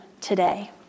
today